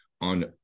on